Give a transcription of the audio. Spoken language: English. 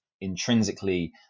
intrinsically